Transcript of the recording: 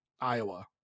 Iowa